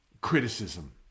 criticism